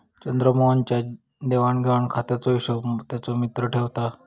चंद्रमोहन च्या देवाण घेवाण खात्याचो हिशोब त्याचो मित्र ठेवता